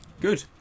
Good